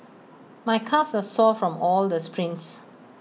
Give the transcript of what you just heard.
my calves are sore from all the sprints